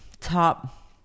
top